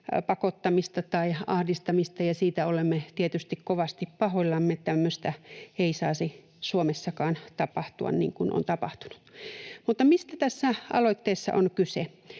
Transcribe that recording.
pakottamista tai ahdistamista, niin siitä olemme tietysti kovasti pahoillamme. Tämmöistä ei saisi Suomessakaan tapahtua, niin kuin on tapahtunut. Mutta mistä tässä aloitteessa on kyse?